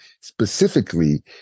Specifically